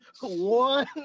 One